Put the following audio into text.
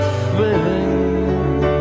feeling